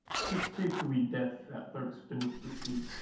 so scaped we death that lurks beneath the sea,